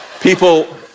people